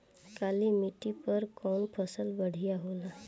काली माटी पर कउन फसल बढ़िया होला?